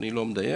אני לא מדייק.